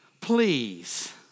please